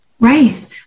Right